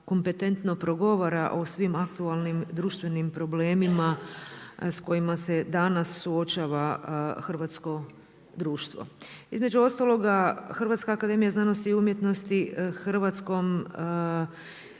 kompetentno progovore o svim aktualnim društvenim problemima s kojima se danas suočava hrvatsko društvo. Između ostaloga Hrvatska akademija znanosti i umjetnosti u Hrvatskom